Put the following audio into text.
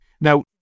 Now